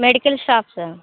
medical shop sir